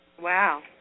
Wow